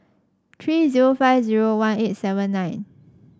three zero five zero one eight seven nine